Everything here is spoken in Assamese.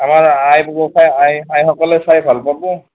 আমাৰ আই বোপাই আই আইসকলে চাই ভাল পাব